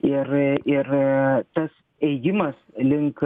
ir tas ėjimas link